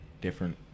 different